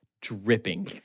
dripping